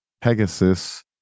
Pegasus